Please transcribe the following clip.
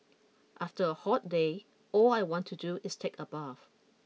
after a hot day all I want to do is take a bath